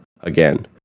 again